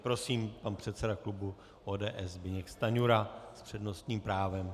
Prosím, pan předseda klubu ODS Zbyněk Stanjura s přednostním právem.